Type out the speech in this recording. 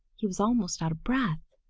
he was almost out of breath.